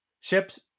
ships